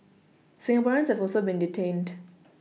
Singaporeans have also been detained